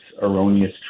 erroneous